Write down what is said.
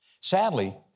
Sadly